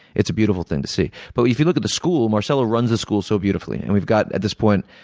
it's a beautiful thing to see. but, if you look at the school, marcelo runs the school so beautifully and we've got, at this point,